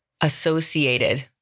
associated